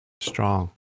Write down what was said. strong